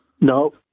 No